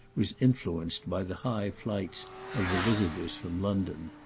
was influenced by the high flights of the visitors from london.